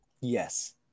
Yes